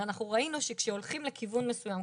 הרי אנחנו ראינו שכשהולכים לכיוון מסוים,